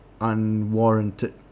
unwarranted